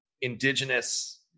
indigenous